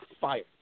fire